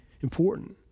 important